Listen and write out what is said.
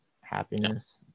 happiness